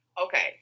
Okay